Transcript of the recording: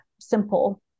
simple